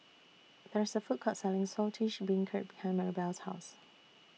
There IS A Food Court Selling Saltish Beancurd behind Marybelle's House